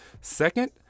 second